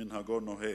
כמנהגו נוהג.